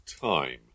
time